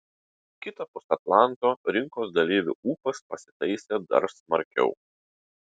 kitapus atlanto rinkos dalyvių ūpas pasitaisė dar smarkiau